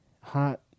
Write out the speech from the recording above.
hot